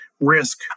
risk